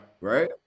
Right